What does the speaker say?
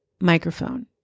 microphone